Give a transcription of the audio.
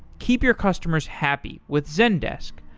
keep your customers happy with zendesk.